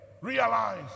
Realize